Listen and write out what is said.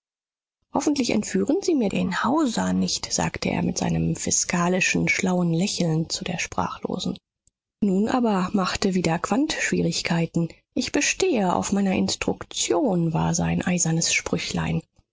hoffentlich entführen sie mir den hauser nicht sagte er mit seinem fiskalisch schlauen lächeln zu der sprachlosen nun aber machte wieder quandt schwierigkeiten ich bestehe auf meiner instruktion war sein eisernes sprüchlein